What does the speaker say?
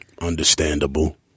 Understandable